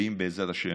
ואם, בעזרת השם,